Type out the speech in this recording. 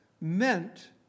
meant